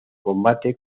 combate